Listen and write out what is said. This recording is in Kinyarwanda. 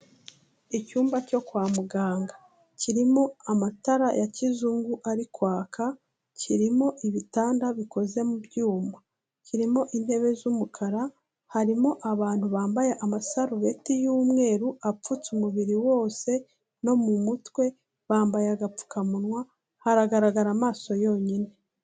Icyumba cyo kwa muganga kirimo amatara ya kizungu ari kwaka, kirimo ibitanda bikoze mu byuma, kirimo intebe z'umukara harimo abantu bambaye amasarubeti y'umweru apfutse umubiri wose no mu mutwe bambaye agapfukamunwa haragaragara amaso yonyine.